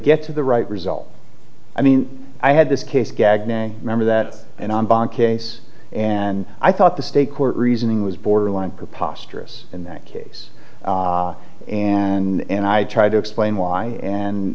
get to the right result i mean i had this case gagne remember that and on bond case and i thought the state court reasoning was borderline preposterous in that case and i tried to explain why and